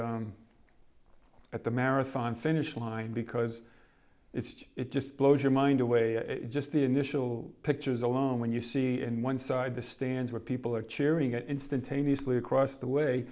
at the marathon finish line because it's just it just blows your mind away just the initial pictures alone when you see in one side the stands where people are cheering it instantaneously across the way